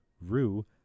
rue